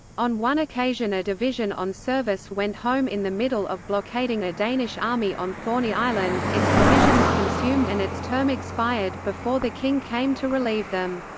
on one occasion a division on service went home in the middle of blockading a danish army on thorney island, its provisions consumed and its term expired, before the king came to relieve them.